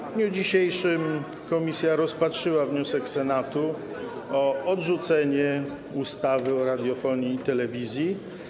W dniu dzisiejszym komisja rozpatrzyła wniosek Senatu o odrzucenie ustawy o radiofonii i telewizji.